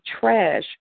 trash